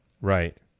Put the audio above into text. Right